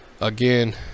Again